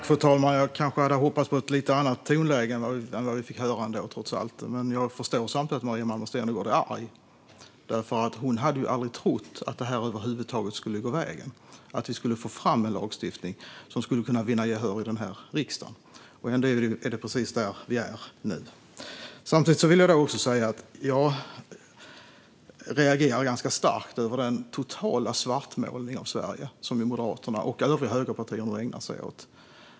Fru talman! Jag kanske hade hoppats på ett lite annat tonläge än vad vi trots allt fick höra. Men jag förstår samtidigt att Maria Malmer Stenergard är arg, därför att hon aldrig hade trott att detta över huvud taget skulle gå vägen och att vi skulle få fram en lagstiftning som skulle kunna vinna gehör i denna riksdag. Ändå är det precis där som vi nu är. Samtidigt vill jag också säga att jag reagerar ganska starkt på den totala svartmålning av Sverige som Moderaterna och övriga högerpartier nu ägnar sig åt.